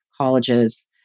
colleges